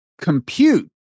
compute